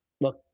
Look